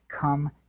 come